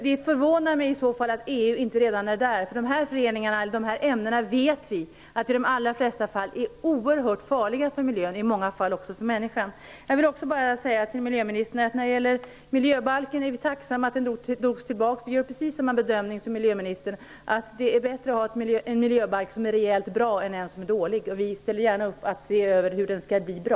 Det förvånar mig att EU i så fall inte redan är där. Vi vet att dessa ämnen i de allra flesta fall är oerhört farliga för miljön och i många fall också för människan. När det gäller miljöbalken är vi tacksamma över att den drogs tillbaka. Vi gör precis samma bedömning som miljöministern, att det är bättre att ha en miljöbalk som är rejält bra än att ha en som är dålig. Vi ställer gärna upp på att man skall se över hur den skall bli bra.